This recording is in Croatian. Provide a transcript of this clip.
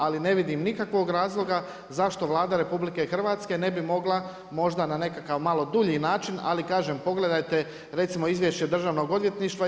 Ali ne vidim nikakvog razloga zašto Vlada RH ne bi mogla možda na nekakav malo dulji način, ali kažem pogledajte recimo Izvješće Državnog odvjetništvo.